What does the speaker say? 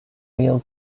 real